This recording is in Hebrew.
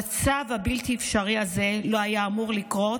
המצב הבלתי-אפשרי הזה לא היה אמור לקרות,